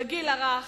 בגיל הרך,